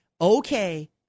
Okay